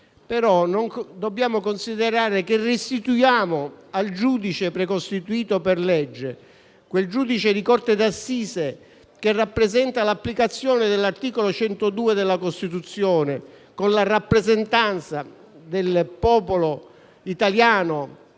Tuttavia, dobbiamo considerare che restituiamo al giudice precostituito per legge, quel giudice di corte d'assise che rappresenta l'applicazione dell'articolo 102 della Costituzione, con la rappresentanza del popolo italiano